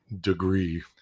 degree